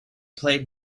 played